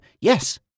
yes